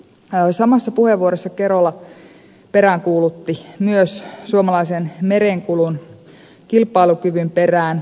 samassa puheenvuorossa kerola peräänkuulutti myös suomalaisen merenkulun kilpailukyvyn perään